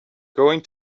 going